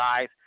size